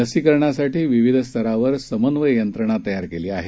लसीकरणासाठीविविधस्तरावरसमन्वययंत्रणातयारकेलीआहे